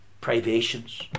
privations